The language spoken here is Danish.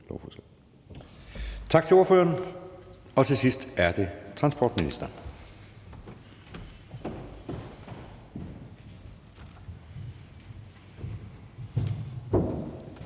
Tak til ordføreren. Til sidst er det transportministeren.